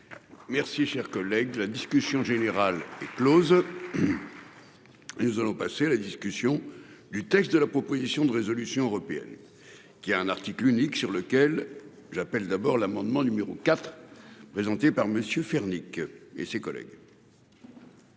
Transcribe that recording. Merci, chers collègues, la discussion générale est Close. Nous allons passer la discussion du texte de la proposition de résolution européenne. Qui a un article unique sur lequel j'appelle d'abord l'amendement numéro 4. Présenté par Monsieur Fernique et ses collègues.